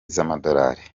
z’amadolari